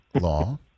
Law